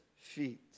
feet